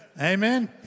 Amen